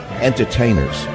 entertainers